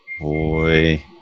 Boy